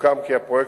סוכם כי הפרויקט,